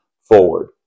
forward